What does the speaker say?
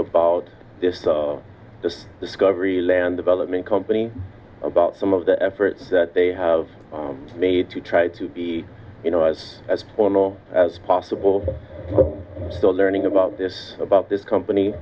about this discovery land development company about some of the efforts that they have made to try to be you know as as formal as possible still learning about this about this company